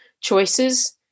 choices